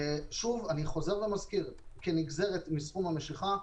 אני חוזר ומזכיר: כנגזרת מסכום המשיכה,